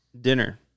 dinner